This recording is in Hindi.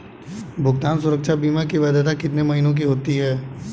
भुगतान सुरक्षा बीमा की वैधता कितने महीनों की होती है?